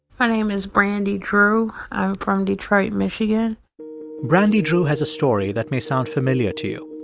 my name is brandy drew. i'm from detroit, mich yeah brandy drew has a story that may sound familiar to you,